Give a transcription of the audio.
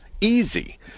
Easy